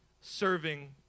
serving